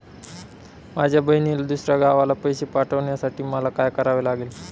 माझ्या बहिणीला दुसऱ्या गावाला पैसे पाठवण्यासाठी मला काय करावे लागेल?